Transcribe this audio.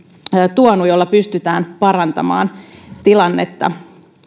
tuonut jolla pystytään parantamaan tilannetta